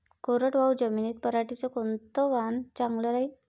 कोरडवाहू जमीनीत पऱ्हाटीचं कोनतं वान चांगलं रायीन?